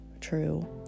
true